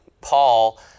Paul